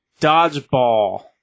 Dodgeball